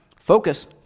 Focus